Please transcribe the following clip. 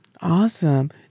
Awesome